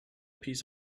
piece